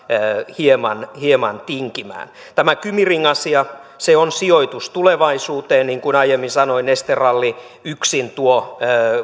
hieman hieman tinkimään tämä kymi ring asia on sijoitus tulevaisuuteen niin kuin aiemmin sanoin neste ralli yksin tuo